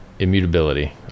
Immutability